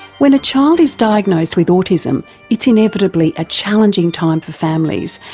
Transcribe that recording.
when a child is diagnosed with autism it's inevitably a challenging time for families,